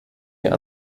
hier